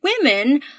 women